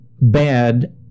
bad